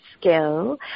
skill